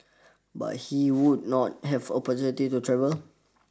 but he would not have opportunity to travel